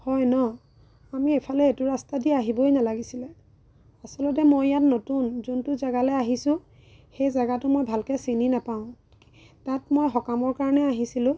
হয় ন আমি এইফালে এইটো ৰাস্তাদি আহিবই নালাগিছিলে আচলতে মই ইয়াত নতুন যোনটো জেগালে আহিছোঁ সেই জেগাটো মই ভালকৈ চিনি নেপাওঁ তাত মই সকামৰ কাৰণে আহিছিলোঁ